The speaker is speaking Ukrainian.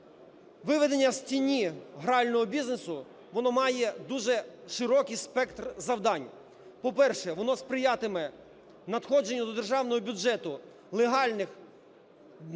Виведення з тіні грального бізнесу, воно має дуже широкий спектр завдань. По-перше, воно сприятиме надходженню до державного бюджету легальних доходів